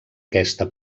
aquesta